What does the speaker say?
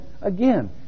Again